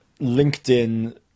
LinkedIn